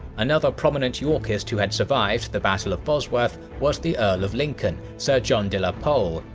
another prominent yorkist who had survived the battle of bosworth was the earl of lincoln sir john de la pole,